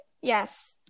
yes